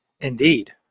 Indeed